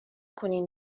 کنین